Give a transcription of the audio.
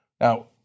Now